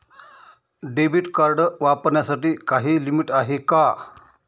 Debit card वापरण्यासाठी काही limit आहे का?